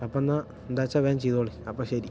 അപ്പ എന്നാ എന്താ വച്ചാ വേഗം ചെയ്തൊളീ അപ്പ ശരി